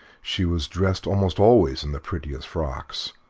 she was dressed almost always in the prettiest frocks,